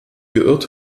geirrt